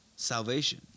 Salvation